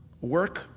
work